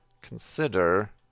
consider